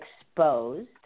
exposed